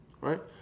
right